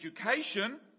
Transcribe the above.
education